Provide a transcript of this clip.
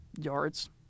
yards